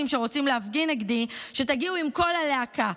שרוצים להפגין נגדי שתגיעו עם כל הלהקה,